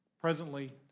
presently